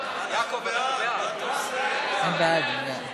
לא צריך, אנחנו בעד.